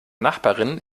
nachbarin